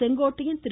Sengottaiyan Thiru